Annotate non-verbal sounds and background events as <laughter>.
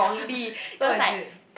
<breath> so what is it